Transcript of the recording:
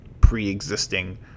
pre-existing